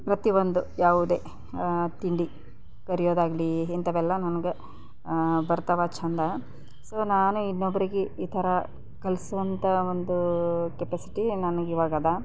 ಪ್ರತಿಯೊಂದು ಯಾವುದೇ ತಿಂಡಿ ಕರೆಯೋದಾಗಲಿ ಇಂಥವೆಲ್ಲ ನನಗೆ ಬರ್ತಾವ ಚೆಂದ ಸೊ ನಾನು ಇನ್ನೊಬ್ಬರಿಗೆ ಈ ಥರ ಕಲಿಸೋವಂಥ ಒಂದು ಕೆಪೆಸಿಟಿ ನನಗಿವಾಗಿದೆ